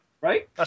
right